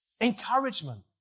encouragement